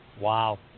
Wow